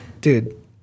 dude